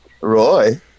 Roy